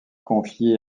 confié